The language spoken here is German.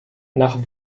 nach